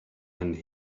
and